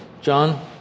John